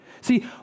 See